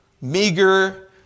meager